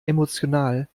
emotional